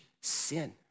sin